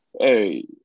Hey –